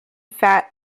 fat